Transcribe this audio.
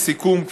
לסיכום,